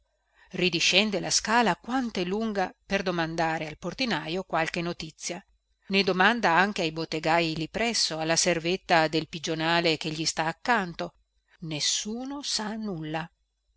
ridiscende la scala quantè lunga per domandare al portinajo qualche notizia ne domanda anche ai bottegaj lì presso alla servetta del pigionale che gli sta accanto nessuno sa nulla